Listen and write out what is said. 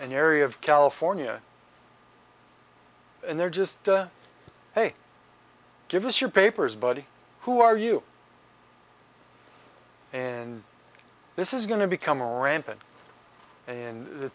an area of california and they're just hey give us your papers buddy who are you and this is going to become a rampant in the